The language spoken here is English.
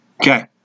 Okay